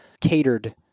Catered